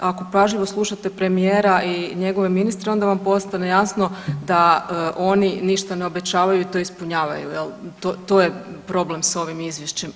Ako pažljivo slušate premijera i njegove ministre onda vam postane jasno da oni ništa ne obećavaju i to ispunjavaju, to je problem s ovim izvješćem.